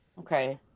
Okay